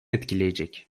etkileyecek